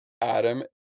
Adam